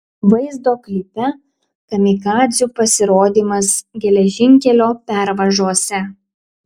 vaizdo klipe kamikadzių pasirodymas geležinkelio pervažose